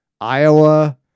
Iowa